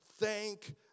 Thank